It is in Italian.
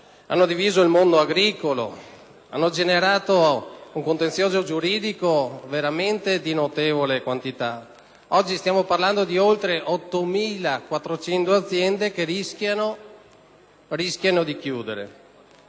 dividendo il mondo agricolo e dando vita ad un contenzioso giuridico veramente notevole. Oggi stiamo parlando di oltre 8.400 aziende che rischiano di chiudere.